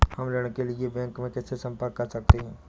हम ऋण के लिए बैंक में किससे संपर्क कर सकते हैं?